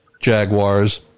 Jaguars